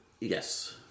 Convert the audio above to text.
yes